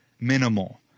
minimal